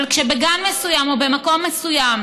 אבל כשבגן מסוים או במקום מסוים